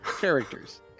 characters